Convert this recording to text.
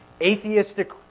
atheistic